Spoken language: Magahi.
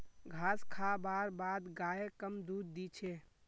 घास खा बार बाद गाय कम दूध दी छे